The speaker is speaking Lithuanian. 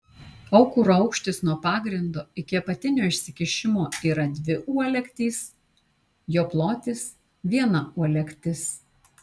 aukuro aukštis nuo pagrindo iki apatinio išsikišimo yra dvi uolektys jo plotis viena uolektis